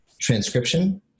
transcription